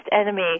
enemy